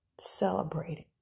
celebrating